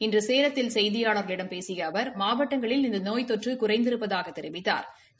இன்று சேலத்தில் செய்தியாளர்களிடம் பேசிய அவர் மாவட்டங்களில் இந்த நோய் தொற்று குறைந்திருப்பதாகத் தெரிவித்தாா்